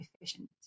efficient